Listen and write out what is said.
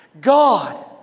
God